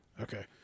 Okay